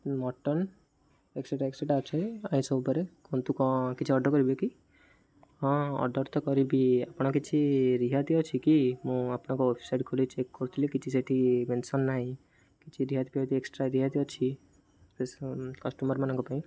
mutton ଅଛି ଆଇଁଷ ଉପରେ କୁହନ୍ତୁ କ'ଣ କିଛି ଅର୍ଡ଼ର୍ କରିବେ କି ହଁ ଅର୍ଡ଼ର୍ ତ କରିବି ଆପଣ କିଛି ରିହାତି ଅଛି କି ମୁଁ ଆପଣଙ୍କ ୱେବସାଇଟ୍ ଖୋଲି ଚେକ୍ କରିୁଥିଲି କିଛି ସେଠି ମେନ୍ସନ୍ ନାହିଁ କିଛି ରିହାତି ପାଇଁ ଏକ୍ସଟ୍ରା ରିହାତି ଅଛି କଷ୍ଟମର୍ ମାନଙ୍କ ପାଇଁ